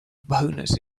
bonus